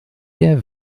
der